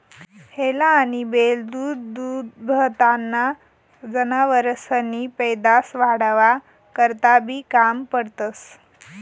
हेला आनी बैल दूधदूभताना जनावरेसनी पैदास वाढावा करता बी काम पडतंस